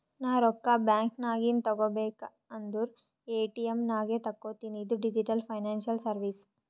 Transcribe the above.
ನಾ ರೊಕ್ಕಾ ಬ್ಯಾಂಕ್ ನಾಗಿಂದ್ ತಗೋಬೇಕ ಅಂದುರ್ ಎ.ಟಿ.ಎಮ್ ನಾಗೆ ತಕ್ಕೋತಿನಿ ಇದು ಡಿಜಿಟಲ್ ಫೈನಾನ್ಸಿಯಲ್ ಸರ್ವೀಸ್